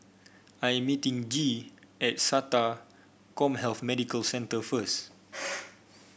I'm meeting Gee at SATA CommHealth Medical Centre first